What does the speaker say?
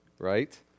right